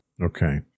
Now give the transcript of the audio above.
Okay